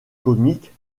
comiques